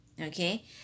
okay